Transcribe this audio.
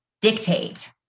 dictate